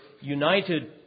united